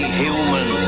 human